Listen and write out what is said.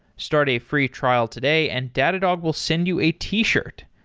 start a free trial today and datadog will send you a t-shirt.